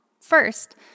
First